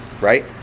right